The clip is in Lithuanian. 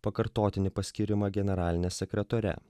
pakartotinį paskyrimą generaline sekretore